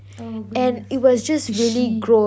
oh goodness like fishy